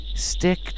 Stick